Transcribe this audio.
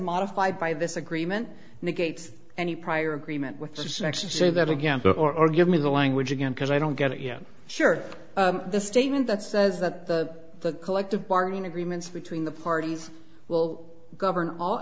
modified by this agreement negates any prior agreement with just an action show that again before give me the language again because i don't get it yeah sure the statement that says that the collective bargaining agreements between the parties will govern all